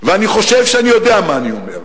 ואני חושב שאני יודע מה אני אומר.